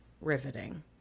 riveting